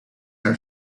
are